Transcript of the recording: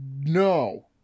No